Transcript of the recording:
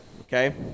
Okay